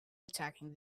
attacking